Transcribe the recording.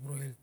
arin